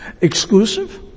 Exclusive